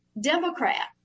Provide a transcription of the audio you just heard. Democrat